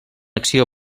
acció